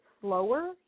slower